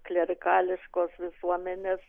klierikališkos visuomenės